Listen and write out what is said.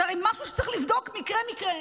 זה הרי משהו שצריך לבדוק מקרה-מקרה,